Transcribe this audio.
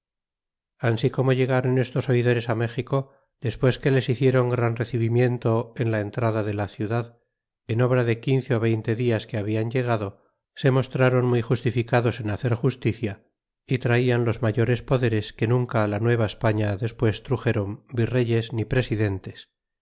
ansi como llegaron estos oidores á méxico despues que les hiciéron gran recibimiento en la entrada de la ciudad en obra de quince veinte dias que habian llegado se mostraron muy justificados en hacer justicia y traian los mayores poderes que nunca la nueva españa despues truxéron virreyes ni presidentes